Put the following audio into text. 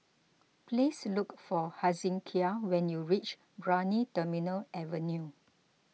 please look for Hezekiah when you reach Brani Terminal Avenue